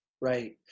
Right